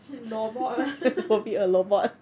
是 robot